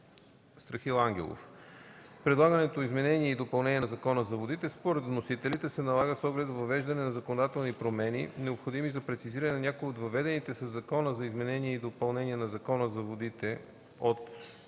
Страхил Ангелов. Предлаганото изменение и допълнение на Закона за водите според вносителите се налага с оглед въвеждане на законодателни промени, необходими за прецизиране на някои от въведените със Закона за изменение и допълнение на Закона за водите от